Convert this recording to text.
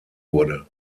wurde